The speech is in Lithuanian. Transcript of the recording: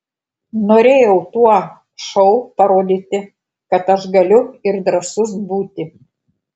norėjau tuo šou parodyti kad aš galiu ir drąsus būti